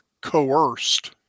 coerced